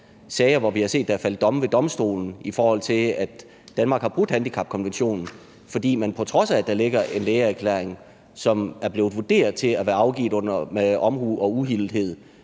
også har haft sager med domme ved domstolen, hvor Danmark har brudt handicapkonventionen, fordi man, selv om der ligger en lægeerklæring, som er blevet vurderet til at være afgivet med omhu og uhildethed